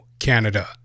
Canada